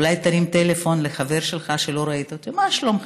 אולי תרים טלפון לחבר שלך שלא ראית אותו: מה שלומך?